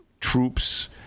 troops